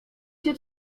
cię